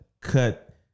cut